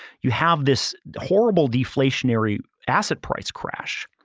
you have this horrible deflationary asset price crash,